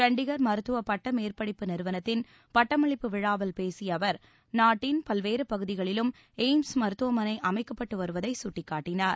சண்டிகர் மருத்துவ பட்டமேற்படிப்பு நிறுவனத்தின் பட்டமளிப்பு விழாவில் பேசிய அவர் நாட்டின் பல்வேறு பகுதிகளிலும் எய்ம்ஸ் மருத்துவமனை அமைக்கப்பட்டு வருவதை சுட்டிக்காட்டினார்